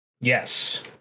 Yes